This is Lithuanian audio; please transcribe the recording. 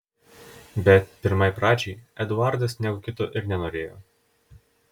bet pirmai pradžiai eduardas nieko kito ir nenorėjo